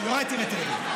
את מי אתם מחרטטים?